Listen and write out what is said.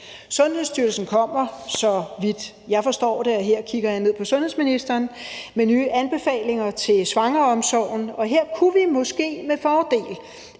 Sundhedsstyrelsen kommer, så vidt jeg forstår det, og her kigger jeg på sundhedsministeren, med nye anbefalinger til svangreomsorgen, og her kunne vi måske med fordel